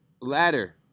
ladder